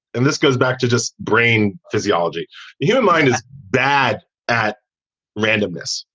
and this goes back to just brain physiology. the human mind is bad at randomness,